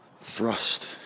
thrust